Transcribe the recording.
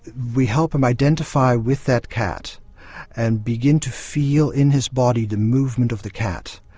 we help him identify with that cat and begin to feel in his body the movement of the cat.